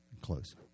close